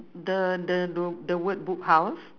the the the the word book house